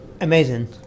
Amazing